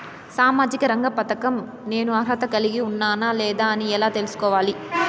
సామాజిక రంగ పథకం నేను అర్హత కలిగి ఉన్నానా లేదా అని ఎలా తెల్సుకోవాలి?